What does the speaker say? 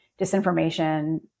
disinformation